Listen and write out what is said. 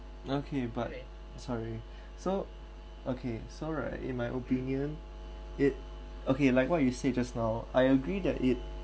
okay but sorry so okay so right in my opinion it okay like what you said just now I agree that it